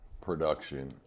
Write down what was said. production